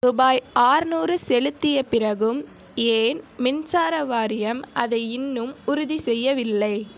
ரூபாய் ஆறுநூறு செலுத்திய பிறகும் ஏன் மின்சார வாரியம் அதை இன்னும் உறுதிசெய்யவில்லை